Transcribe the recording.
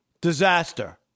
Disaster